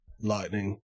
lightning